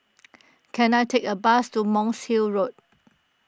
can I take a bus to Monk's Hill Road